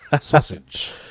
sausage